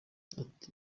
ati